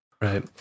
Right